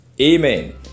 Amen